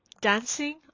dancing